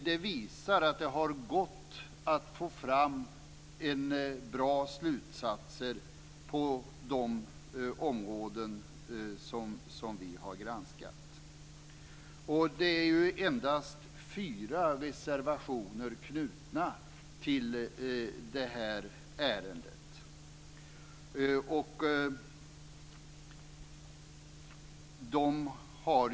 Det visar att det har gått att få fram bra slutsatser på de områden som vi har granskat. Endast fyra reservationer är knutna till det här ärendet.